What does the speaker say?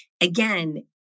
again